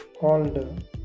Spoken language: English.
called